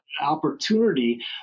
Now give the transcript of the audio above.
opportunity